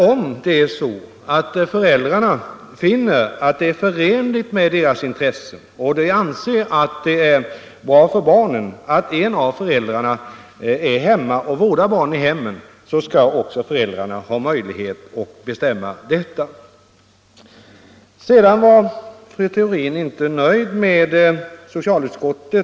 Om föräldrarna finner att det är förenligt med deras intressen och anser att det är bra för barnen att en av föräldrarna är hemma och vårdar barnen i hemmet, då skall de också ha möjlighet att bestämma sig för att göra detta.